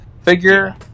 figure